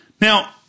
Now